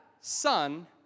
son